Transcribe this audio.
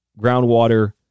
groundwater